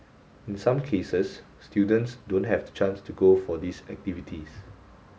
in some cases students don't have the chance to go for these activities